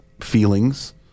feelings